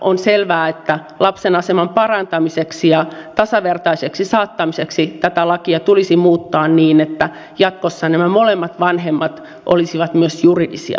on selvää että lapsen aseman parantamiseksi ja tasavertaiseksi saattamiseksi tätä lakia tulisi muuttaa niin että jatkossa nämä molemmat vanhemmat olisivat myös juridisia vanhempia